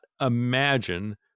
imagine